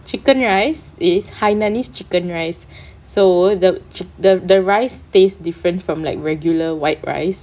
chicken rice is hainanese chicken rice so the the the chi~ rice tastes different from like regular white rice